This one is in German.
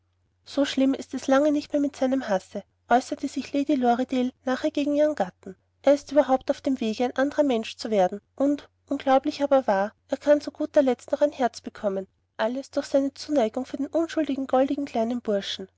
so schlimm ist es lange nicht mehr mit seinem hasse äußerte sich lady lorridaile nachher gegen ihren gatten er ist überhaupt auf dem wege ein andrer mensch zu werden und unglaublich aber wahr er kann zu guter letzt noch ein herz bekommen alles durch seine zuneigung für den unschuldigen goldigen kleinen burschen